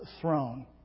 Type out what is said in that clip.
throne